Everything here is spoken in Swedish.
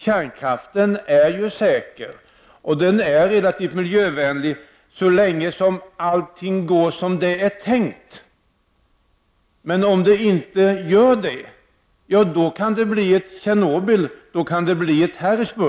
Kärnkraften är ju säker och relativt miljövänlig så länge som allting går som det är tänkt. Men om det inte gör det, kan det bli ett Tjernobyl eller ett Harrisburg.